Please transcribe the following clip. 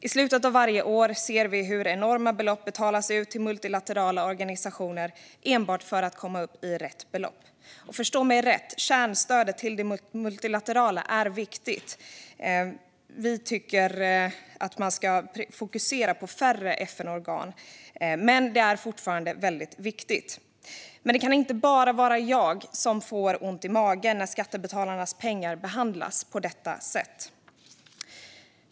I slutet av varje år ser vi hur enorma belopp betalas ut till multilaterala organisationer enbart för att komma upp i rätt belopp. Förstå mig rätt - kärnstödet till det multilaterala är viktigt. Vi tycker att man ska fokusera på färre FN-organ, men det är fortfarande väldigt viktigt. Men det kan inte bara vara jag som får ont i magen när skattebetalarnas pengar behandlas på detta sätt.